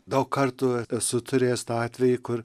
daug kartų e esu turėjęs tą atvejį kur